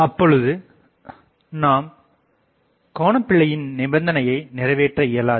அப்பொழுது நாம் கோணபிழையின் நிபந்தனையை நிறைவேற்ற இயலாது